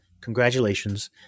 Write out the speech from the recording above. congratulations